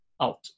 out